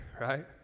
right